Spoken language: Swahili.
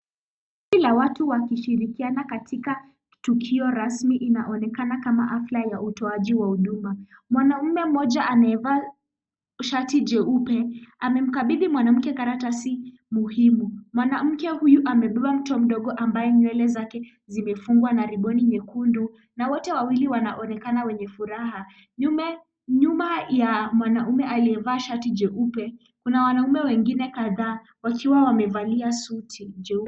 Kundi la watu wakishirikiana katika tukio rasmi inaoanekana kama hafla ya utoaji wa huduma. Mwanaume mmoja amevaa shati jeupe amemkabidhi mwanamke karatasi muhimu. Mwanamke huyu amebeba mtoto mdogo ambaye nywele zake zimefungwa na riboni nyekundu na wote wawili wanaonekana wenye furaha. Nyuma ya mwanaume aliyevaa shati jeupe kuna wanaume wengine kadhaa wakiwa wamevalia suti jeupe.